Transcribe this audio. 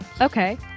Okay